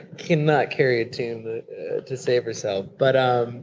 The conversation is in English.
cannot carry a tune to save herself. but ah